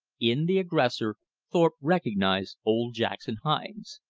in the aggressor thorpe recognized old jackson hines.